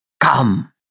come